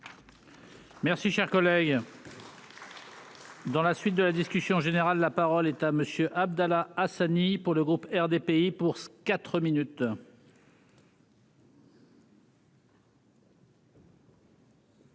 Merci, cher collègue. Dans la suite de la discussion générale, la parole est à Monsieur Abdallah Hassani pour le groupe RDPI pour ce 4 minutes.